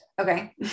Okay